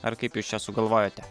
ar kaip jūs čia sugalvojote